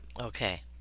Okay